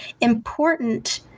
important